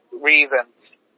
Reasons